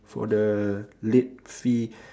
for the late fee